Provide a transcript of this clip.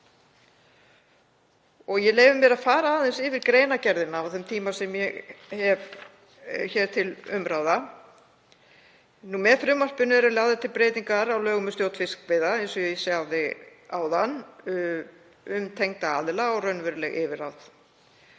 Ég leyfi mér að fara aðeins yfir greinargerðina á þeim tíma sem ég hef hér til umráða. Með frumvarpinu eru lagðar til breytingar á lögum um stjórn fiskveiða, eins og ég sagði áðan, um tengda aðila og raunveruleg yfirráð.